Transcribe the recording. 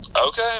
Okay